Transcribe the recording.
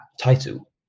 title